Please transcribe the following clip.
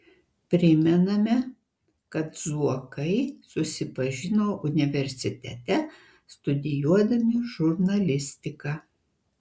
primename kad zuokai susipažino universitete studijuodami žurnalistiką